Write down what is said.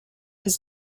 his